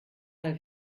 mal